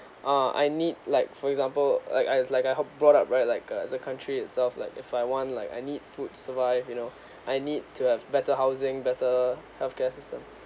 uh I need like for example like I it's like I had brought up right like a as a country itself like if I want like I need food survive you know I need to have better housing better healthcare system